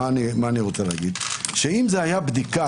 מה אני אומר - אם זה היה בדיקה,